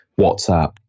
WhatsApp